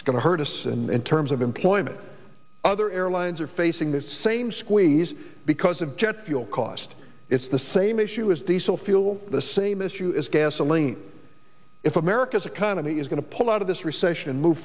it's going to hurt us in terms of employment other airlines are facing this same squeeze because of jet fuel cost is the same issue as diesel fuel the same issue is gasoline if america's economy is going to pull out of this recession and move